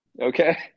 Okay